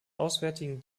auswärtigen